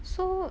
so